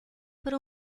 para